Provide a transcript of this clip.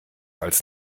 als